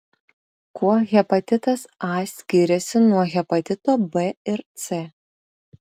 kuo hepatitas a skiriasi nuo hepatito b ir c